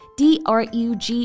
drug